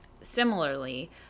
similarly